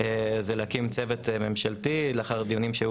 זה להקים צוות ממשלתי לאחר דיונים שהיו